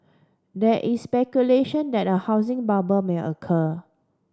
there is speculation that a housing bubble may occur